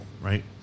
right